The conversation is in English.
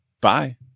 Bye